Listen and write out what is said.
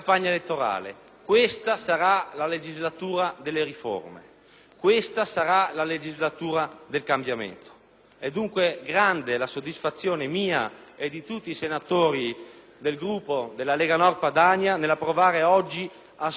questa sarà la legislatura del cambiamento. È dunque grande la soddisfazione mia e di tutti i senatori del Gruppo della Lega Nord Padania nell'approvare oggi, a soli pochi mesi da questa nuova esperienza di Governo, il federalismo fiscale,